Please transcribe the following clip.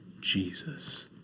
Jesus